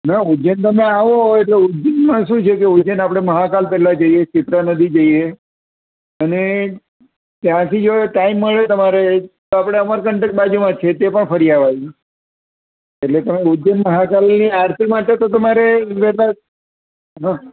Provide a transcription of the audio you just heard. ના ઉજ્જૈન તમે આવો એટલે ઉજ્જૈનમાં શું છે કે ઉજ્જૈન આપણે મહાકાલ પહેલાં જઈએ શીતલા નદી જઈએ અને ત્યાંથી જો ટાઈમ મળે તમારે તો આપણે અમરકંટક બાજુમાં જ છે તે પણ ફરી આવવાનું એટલે પણ ઉજ્જૈન મહાકાલની આરતી માટે તો તમારે વહેલાં હ હ